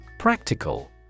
Practical